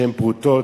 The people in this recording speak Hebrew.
איזשהן פרוטות.